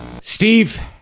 Steve